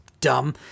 dumb